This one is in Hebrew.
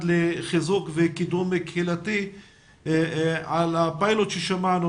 לחיזוק וקידום קהילתי על הפיילוט ששמענו